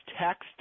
text